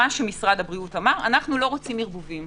מה שמשרד הבריאות אמר: אנחנו לא רוצים ערבובים.